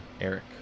Eric